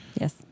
Yes